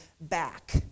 back